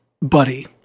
buddy